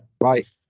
Right